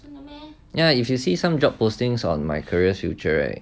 ya if you see some job postings on my careers future right